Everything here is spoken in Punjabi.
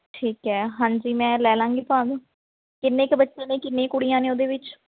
ਠੀਕ ਹੈ ਹਾਂਜੀ ਮੈਂ ਲੈ ਲਵਾਂਗੀ ਭਾਗ ਕਿੰਨੇ ਕੁ ਬੱਚੇ ਨੇ ਕਿੰਨੀ ਕੁੜੀਆਂ ਨੇ ਉਹਦੇ ਵਿੱਚ